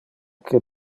que